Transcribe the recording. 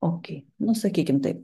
okei nu sakykim taip